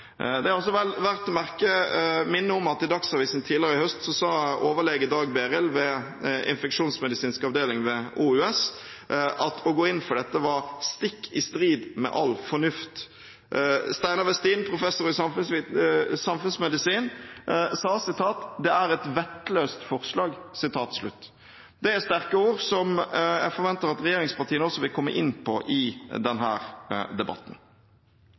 Det er også verdt å minne om at i Dagsavisen tidligere i høst sa overlege Dag Berild ved infeksjonsmedisinsk avdeling ved OUS at å gå inn for dette var stikk i strid med all fornuft. Steinar Westin, professor i samfunnsmedisin, sa: «Det er et vettløst forslag.» Det er sterke ord som jeg forventer at regjeringspartiene vil komme inn på i denne debatten.